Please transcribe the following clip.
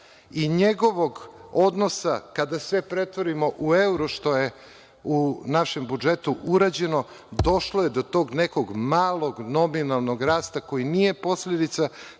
i njegovog odnosa, kada sve pretvorimo u evro, što je u našem budžetu urađeno, došlo je do tog nekog malog nominalnog rasta koji nije posledica